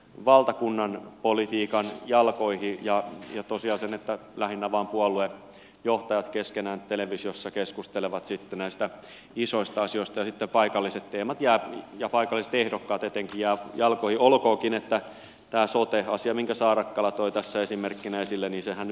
valtakunnan politiikan jalkoihin ja irtosi asennetta lähinnä vaan puolueen johtajat keskenään televisiossa keskustelevat sitten näistä isoista asioista ja paikalliset teemat ja ja paikalliset ehdokkaat eteen ja alkoi olkoonkin että taas uuteen asti minkä saarakkala toi tässä esimerkkinä esille niissä hän